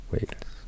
Wales